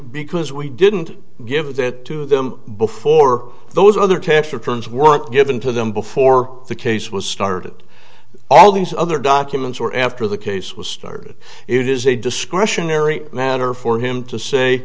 because we didn't give that to them before those other tax returns weren't given to them before the case was started all these other documents or after the case was started it is a discretionary matter for him to say